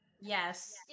Yes